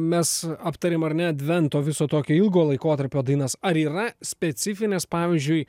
mes aptarėm ar ne advento viso tokio ilgo laikotarpio dainas ar yra specifinės pavyzdžiui